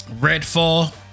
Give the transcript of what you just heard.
Redfall